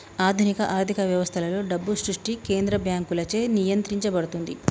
ఆధునిక ఆర్థిక వ్యవస్థలలో, డబ్బు సృష్టి కేంద్ర బ్యాంకులచే నియంత్రించబడుతుంది